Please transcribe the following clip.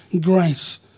grace